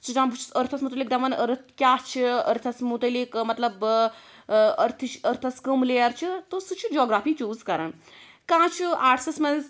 سُہ چھُ دپان بہٕ چھُس أرتھَس متعلق دپان أرتھ کیٛاہ چھِ أرتھَس متعلق ٲں مطلب ٲں أرتھٕچۍ أرتھَس کٕم لیَر چھِ تہٕ سُہ چھُ جیوگرٛافی چیٛوٗز کران کانٛہہ چھُ آرٹسَس مَنٛز